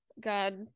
God